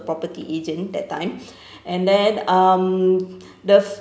property agent that time and then um the